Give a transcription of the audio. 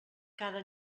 cada